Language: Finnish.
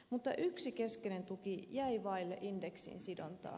mutta yksi keskeinen tuki jäi vaille indeksiin sidontaa